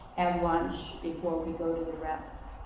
and lunch before we go to the rep.